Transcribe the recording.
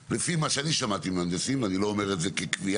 לפי מה שאני שמעתי ממהנדסים ואני לא אומר את זה כקביעה